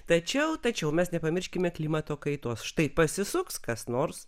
tačiau tačiau mes nepamirškime klimato kaitos štai pasisuks kas nors